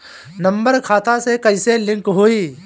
Number खाता से कईसे लिंक होई?